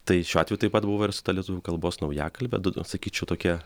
tai šiuo atveju taip pat buvo versta lietuvių kalbos naujakalbė du du sakyčiau tokia